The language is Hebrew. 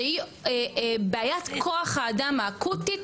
שהיא בעיית כוח האדם האקוטית,